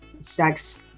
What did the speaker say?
sex